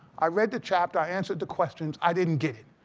i read the chapter, i answered the questions, i didn't get it.